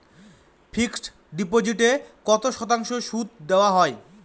Fixed ডিপোজিটে কত শতাংশ সুদ দেওয়া হয়?